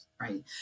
right